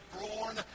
born